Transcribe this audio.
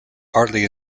partly